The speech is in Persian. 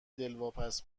دلواپس